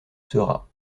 seurat